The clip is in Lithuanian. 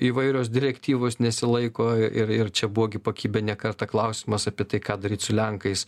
įvairios direktyvos nesilaiko ir ir čia buvo pakibę ne kartą klausimas apie tai ką daryt su lenkais